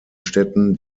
städten